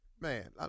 Man